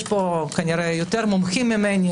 יש פה כנראה מומחים ממני